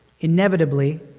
inevitably